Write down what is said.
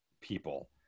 people